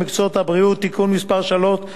העיסוק במקצועות הבריאות (תיקון מס' 3),